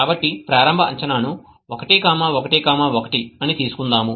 కాబట్టి ప్రారంభ అంచనాను 1 1 1 సరే అని తీసుకుందాం